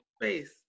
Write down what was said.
face